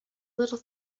little